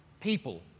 people